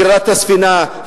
גרירת הספינה,